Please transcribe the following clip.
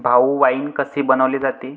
भाऊ, वाइन कसे बनवले जाते?